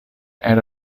era